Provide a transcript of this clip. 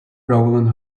roland